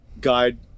guide